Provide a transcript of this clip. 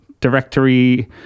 directory